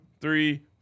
three